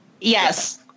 Yes